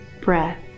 breath